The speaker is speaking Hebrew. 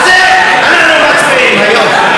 ועל זה אנחנו מצביעים היום.